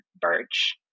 Birch